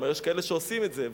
יש כאלה שעושים את זה,